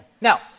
Now